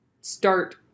start